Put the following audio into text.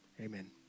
Amen